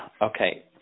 Okay